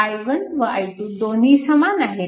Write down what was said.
i1 व i2 दोन्ही समान आहेत